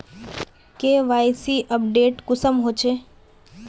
KYC update कुंसम होचे?